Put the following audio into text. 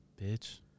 Bitch